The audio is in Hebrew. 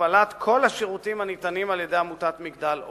להפעלת כל השירותים הניתנים על-ידי עמותת "מגדל אור".